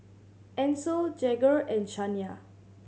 Ancel Jagger and Shania